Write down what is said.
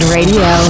Radio